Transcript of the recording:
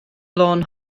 lôn